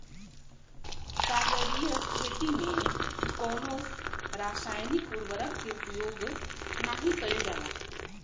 सागरीय खेती में कवनो रासायनिक उर्वरक के उपयोग नाही कईल जाला